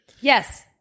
yes